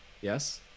yes